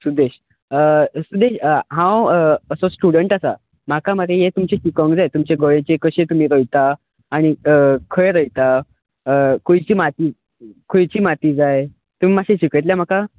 सुदेश सुदेश हांव असो स्टुडंट आसा म्हाका मरे हे तुमचे शिकोंक जाय तुमचे गोंयचे कशे तुमी करता खंय रोयता खंयची माती खंयची माती जाय तुमी मात्शे शिकयतले म्हाका